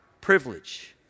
privilege